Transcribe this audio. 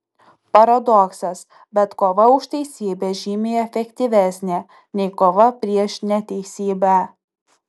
paradoksas bet kova už teisybę žymiai efektyvesnė nei kova prieš neteisybę